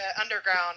underground